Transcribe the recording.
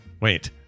Wait